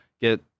get